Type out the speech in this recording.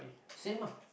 same ah